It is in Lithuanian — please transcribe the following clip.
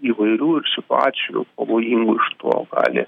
įvairių ir situacijų pavojingų iš to gali